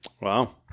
Wow